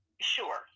Sure